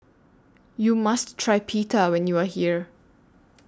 YOU must Try Pita when YOU Are here